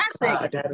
classic